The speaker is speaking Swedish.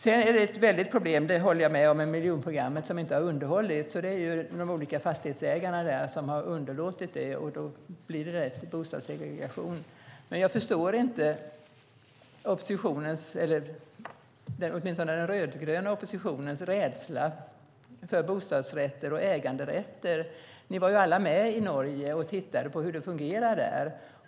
Jag håller med om att det är ett väldigt problem med miljonprogrammet som inte har underhållits. Det är de olika fastighetsägarna som har underlåtit att göra det. Då blir det därefter, med bostadssegregation. Jag förstår inte den rödgröna oppositionens rädsla för bostadsrätter och äganderätter. Ni var ju alla med i Norge och tittade på hur det fungerade där.